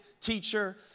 teacher